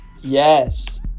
Yes